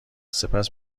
سپس